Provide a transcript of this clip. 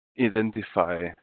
identify